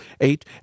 eight